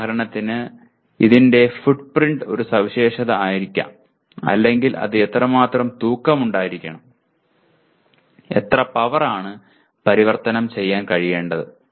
ഉദാഹരണത്തിന് ഇതിന് ഫുട്പ്രിൻറ് ഒരു സവിശേഷത ഉണ്ടായിരിക്കാം അല്ലെങ്കിൽ അത് എത്രമാത്രം തൂക്കമുണ്ടായിരിക്കണം എത്ര പവറാണ് പരിവർത്തനം ചെയ്യാൻ കഴിയേണ്ടത്